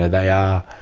ah they are